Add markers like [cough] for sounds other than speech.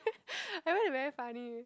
[laughs] I realise you very funny